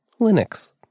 Linux